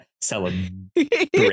celebrate